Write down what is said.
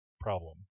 problem